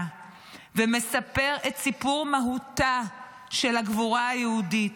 ומספר את סיפור מהותה של הגבורה היהודית,